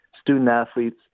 student-athletes